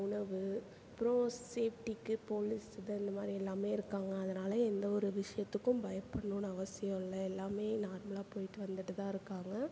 உணவு அப்றம் சேஃப்டிக்கு போலீஸ் இது இந்த மாதிரி எல்லாமே இருக்காங்கள் அதனால் எந்த ஒரு விஷயத்துக்கும் பயப்படணும்னு அவசியம் இல்லை எல்லாமே நார்மலாக போய்ட்டு வந்துட்டு தான் இருக்காங்கள்